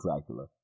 Dracula